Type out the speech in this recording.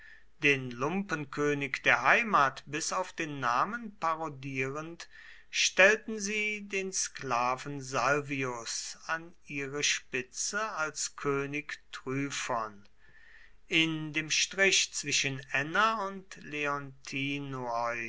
den lumpenkönig der heimat bis auf den namen parodierend stellten sie den sklaven salvius an ihre spitze als könig tryphon in dem strich zwischen enna und